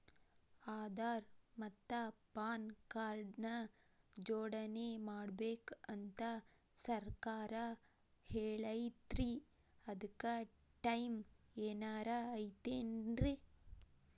ಆಧಾರ ಮತ್ತ PAN card ನ ಜೋಡಣೆ ಮಾಡ್ಬೇಕು ಅಂತಾ ಸರ್ಕಾರ ಹೇಳೈತ್ರಿ ಅದ್ಕ ಟೈಮ್ ಏನಾರ ಐತೇನ್ರೇ?